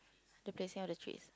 the placing of the trees